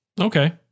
Okay